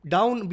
Down